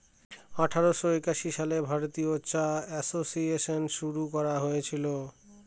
আঠারোশো একাশি সালে ভারতীয় চা এসোসিয়েসন শুরু করা হয়েছিল